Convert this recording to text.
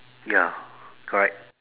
ya correct